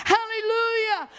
Hallelujah